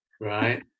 Right